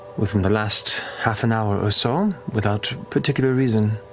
within the last half an hour or so, um without particular reason.